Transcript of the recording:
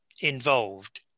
involved